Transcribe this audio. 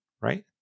right